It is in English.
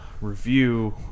Review